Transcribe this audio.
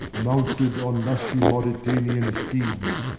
mounted on lusty mauritanian steeds,